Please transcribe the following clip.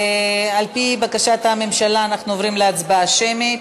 על-פי בקשת הממשלה אנחנו עוברים להצבעה שמית.